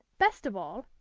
best of all,